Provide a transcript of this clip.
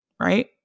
Right